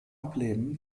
ableben